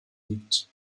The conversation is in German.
liegt